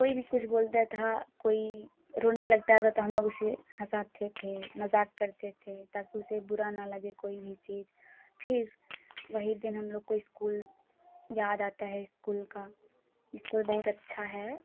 कोई भी कुछ बोलता था कोई रोने लगता था तो हम लोग उसे हंसाते थे मजाक करते थे ताकि उसे बुरा ना लगे कोई भी चीज फिर वही दिन हम लोग को स्कूल याद आता है स्कूल का स्कूल बहुत अच्छा है